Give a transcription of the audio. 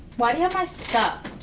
why do you have my stuff?